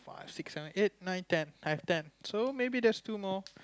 five six seven eight nine ten I've ten so maybe there's two more